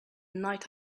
night